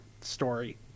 story